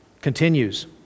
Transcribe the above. continues